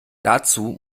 dazu